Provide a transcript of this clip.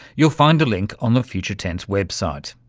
you'll find a link on the future tense website.